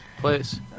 place